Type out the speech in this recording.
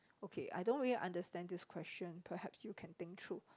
okay I don't really understand this question perhaps you can think through